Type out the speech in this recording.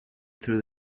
through